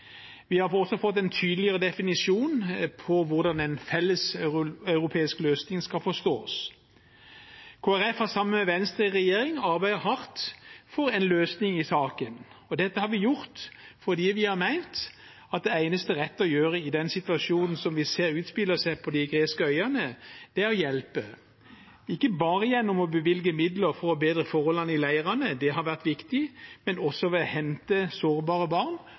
Vi har også fått en tydeligere definisjon på hvordan en felleseuropeisk løsning skal forstås. Kristelig Folkeparti har sammen med Venstre i regjering arbeidet hardt for en løsning i saken. Dette har vi gjort fordi vi har ment at det eneste rette å gjøre i den situasjonen som vi ser utspille seg på de greske øyene, er å hjelpe, ikke bare gjennom å bevilge midler for å bedre forholdene i leirene – det har vært viktig – men også ved å hente sårbare barn